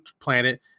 planet